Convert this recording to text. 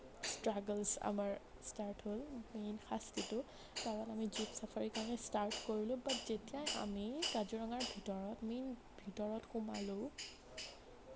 struggles আমাৰ start হ'ল main শাস্তিটো কাৰণ আমি জীপ ছাফাৰীৰ কাৰণে ষ্টাৰ্ট কৰিলোঁ বাত যেতিয়াই আমি কাজিৰঙাৰ ভিতৰত মেইন ভিতৰত সোমালোঁ